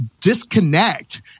disconnect